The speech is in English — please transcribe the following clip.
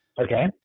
Okay